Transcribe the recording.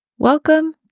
Welcome